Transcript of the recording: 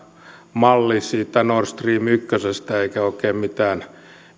malli siitä nord stream ykkösestä eikä oikein mitään